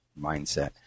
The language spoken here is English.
mindset